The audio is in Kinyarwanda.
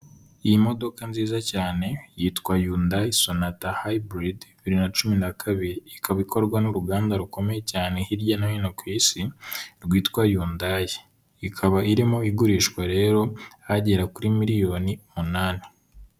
Iyi modoka nziza cyane yitwa HYUNDAI SONATA HYBRID 2012, ikaba ikorwa n'uruganda rukomeye cyane hirya no hino ku isi rwitwa HYUNDAI. Ikaba irimo igurishwa rero agera kuri miliyoni umunani.